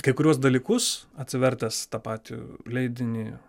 kai kuriuos dalykus atsivertęs tą patį leidinį